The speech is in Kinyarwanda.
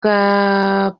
kwa